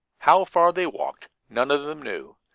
how far they walked none of them knew.